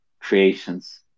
creations